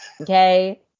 Okay